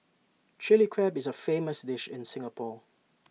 Chilli Crab is A famous dish in Singapore